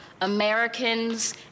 Americans